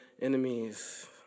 enemies